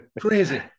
Crazy